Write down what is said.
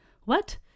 What